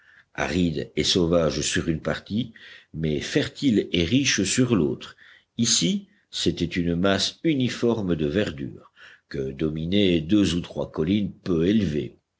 aride et sauvage sur une partie mais fertile et riche sur l'autre ici c'était une masse uniforme de verdure que dominaient deux ou trois collines peu élevées